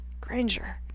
granger